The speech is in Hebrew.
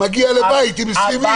הוא מגיע לבית עם 20 איש.